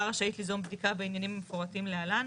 רשאית ליזום בדיקה בעניינים המפורטים להלן.